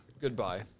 goodbye